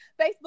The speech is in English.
facebook